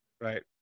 Right